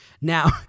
Now